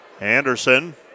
Anderson